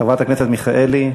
חברת הכנסת מיכאלי,